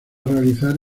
realizar